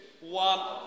one